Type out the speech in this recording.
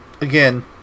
again